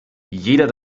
jeder